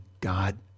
God